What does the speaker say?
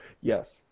Yes